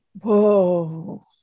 Whoa